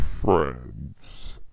friends